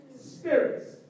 spirits